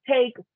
take